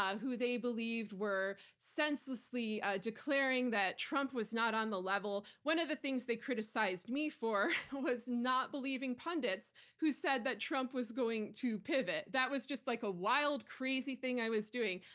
um who they believed were senselessly declaring that trump was not on the level. one of the things they criticized me for was not believing pundits who said that trump was going to pivot. that was just like a wild, crazy thing i was doing.